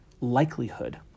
likelihood